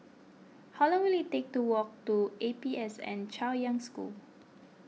how long will it take to walk to A P S N Chaoyang School